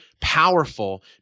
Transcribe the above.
powerful